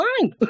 fine